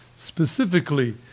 specifically